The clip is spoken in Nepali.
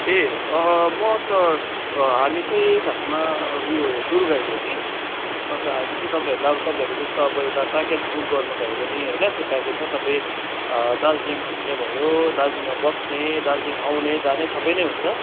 ए म त हामी चाहिँ खासमा उयो टुर गाइड हो कि अन्त हामी चाहिँ तपाईँहरूलाई तपाईँहरूले जस्तो अब एउटा प्याकेज बुक गर्नुभयो भने होइन त्यो प्याकेजमा तपाईँ दार्जिलिङ घुम्ने भयो दार्जिलिङमा बस्ने दार्जिलिङमा आउने जाने सबै नै हुन्छ